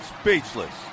Speechless